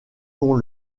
qu’on